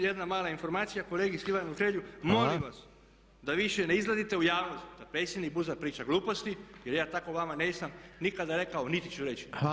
I jedna mala informacija kolegi Silvanu Hrelji molim vas da više ne izlazite u javnost da predsjednik BUZ-a priča gluposti, jer ja tako vama nisam nikada rekao, niti ću reći.